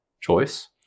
choice